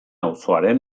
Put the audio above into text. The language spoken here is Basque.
auzoaren